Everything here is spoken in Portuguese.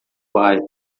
bairro